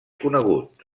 conegut